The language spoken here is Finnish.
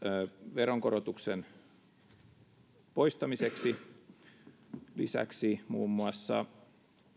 veronkorotuksen poistamiseksi lisäksi muun muassa